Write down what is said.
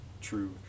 true